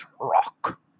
rock